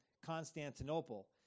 Constantinople